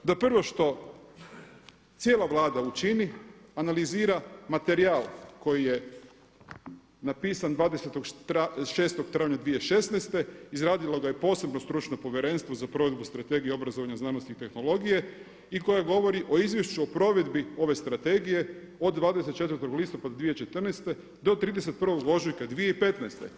Da prvo što cijela Vlada učini analizira materijal koji je napisan 20.04.2016., izradilo ga je posebno stručno povjerenstvo za provedbu Strategije obrazovanja, znanosti i tehnologije i koji govori o izvješću o provedbi ove strategije od 24. listopada 2014. do 31. ožujka 2015.